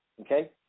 okay